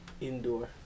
indoor